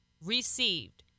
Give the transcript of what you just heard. received